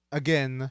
again